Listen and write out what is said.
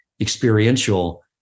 experiential